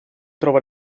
trova